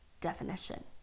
definition